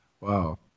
Wow